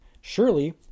Surely